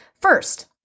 first